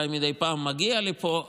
אולי מדי פעם מגיע לפה,